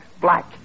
Black